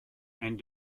and